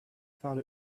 found